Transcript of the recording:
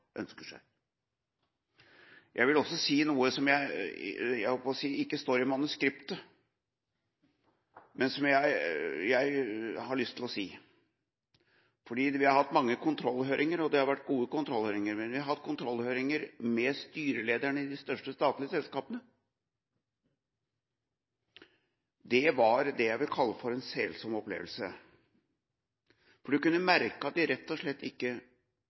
ønsker seg. Jeg vil også si noe som – jeg holdt på å si – ikke står i manuskriptet, men som jeg har lyst til å si. Vi har hatt mange kontrollhøringer, og det har vært gode kontrollhøringer. Men vi har hatt kontrollhøringer med styrelederne i de største statlige selskapene, og det var det jeg vil kalle for en selsom opplevelse, for man kunne merke at de rett og slett ikke